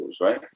right